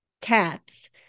cats